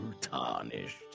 tarnished